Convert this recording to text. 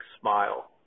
smile